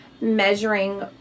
measuring